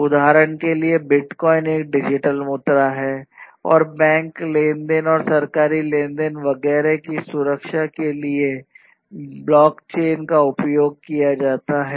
उदाहरण के लिए बिटकॉइन एक डिजिटल मुद्रा है और बैंक लेन देन और सरकारी लेन देन वगैरह की सुरक्षा के लिए ब्लॉक चेन का उपयोग किया जा सकता है